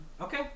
Okay